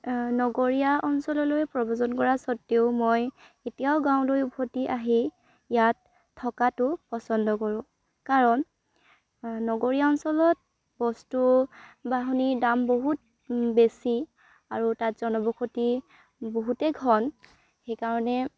নগৰীয়া অঞ্চললৈ প্ৰব্ৰজন কৰা স্বত্বেও মই এতিয়াও গাঁৱলৈ উভতি আহি ইয়াত থকাটো পচন্দ কৰোঁ কাৰণ নগৰীয়া অঞ্চলত বস্তু বাহানি দাম বহুত বেছি আৰু তাত জনবসতি বহুতেই ঘন সেইকাৰণে